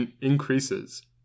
increases